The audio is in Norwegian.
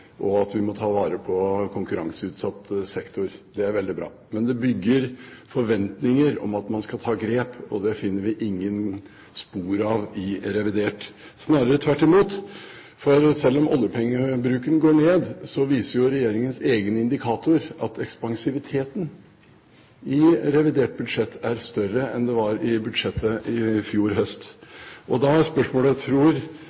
og at vi må ta vare på konkurranseutsatt sektor. Det er veldig bra. Men det bygger forventninger om at man skal ta grep, og det finner vi ingen spor av i revidert, snarere tvert imot. For selv om oljepengebruken går ned, viser jo regjeringens egen indikator at ekspansiviteten i revidert budsjett er større enn den var i budsjettet i fjor